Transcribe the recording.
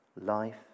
life